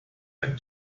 ein